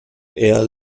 air